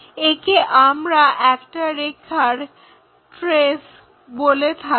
একে আমরা একটা রেখার ট্রেস বলে থাকি